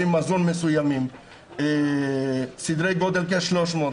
מזון מסוימים בסדרי גודל של כ-300,